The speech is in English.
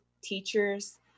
teachers